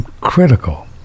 critical